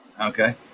okay